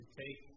take